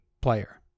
player